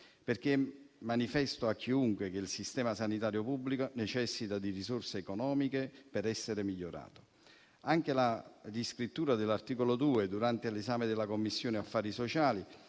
perché manifesto a chiunque che il Sistema sanitario pubblico necessita di risorse economiche per essere migliorato. Anche la riscrittura dell'articolo 2, durante l'esame della Commissione affari sociali,